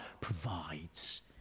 provides